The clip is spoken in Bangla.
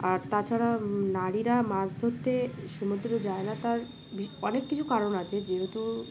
আর তাছাড়া নারীরা মাছ ধরতে সমুদ্রে যায় না তার অনেক কিছু কারণ আছে যেহেতু